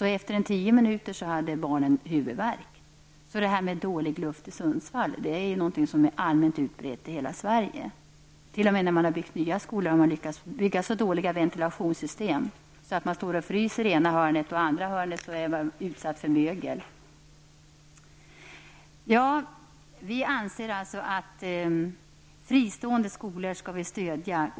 Efter tio minuter i skolsalen hade barnen huvudvärk. Det är alltså inte bara i Sundsvall som det är dålig luft i skolorna, utan det är utbrett över hela Sverige. T.o.m. i nya skolor har man lyckats bygga så dåliga ventilationssystem, att det i det ena hörnet är så kallt att man fryser när man sitter där, medan det andra hörnet är utsatt för mögel. Vi vill också stödja fristående skolor.